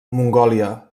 mongòlia